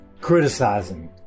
criticizing